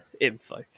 info